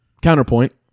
Counterpoint